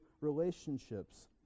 relationships